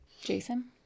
Jason